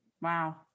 Wow